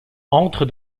entre